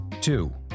Two